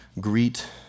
greet